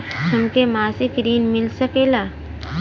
हमके मासिक ऋण मिल सकेला?